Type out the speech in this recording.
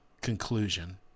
conclusion